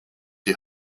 die